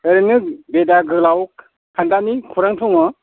ओरैनो बेदा गोलाव खान्दानि खरां दङ